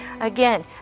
again